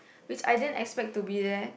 which I didn't expect to be there